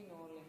מישהו.